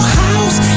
house